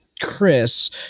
Chris